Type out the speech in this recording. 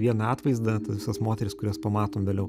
vieną atvaizdą tos visos moterys kurias pamatom vėliau